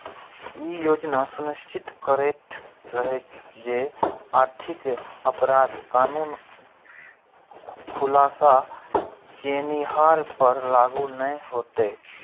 ई योजना सुनिश्चित करैत रहै जे आर्थिक अपराध कानून खुलासा केनिहार पर लागू नै हेतै